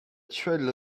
trail